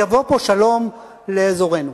יבוא פה שלום לאזורנו.